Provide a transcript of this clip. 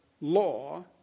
law